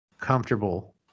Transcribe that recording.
comfortable